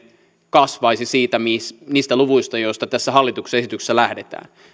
kasvaisi niistä luvuista joista tässä hallituksen esityksessä lähdetään